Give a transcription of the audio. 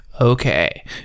Okay